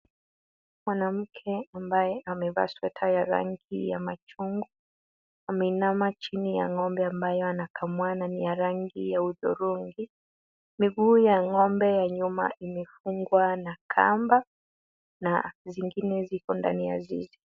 Mwanamke ambaye amevaa sweta ya rangi ya machungwa, ameinama chini ya ng'ombe ambayo anakamua na ni ya rangi ya hudhurungi. Miguu ya ng'ombe ya nyuma imefungwa na kamba na zingine ziko ndani ya zizi.